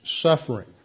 suffering